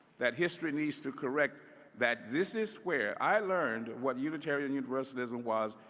that history needs to correct that this is where i learned what unitarian universalism was